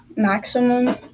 maximum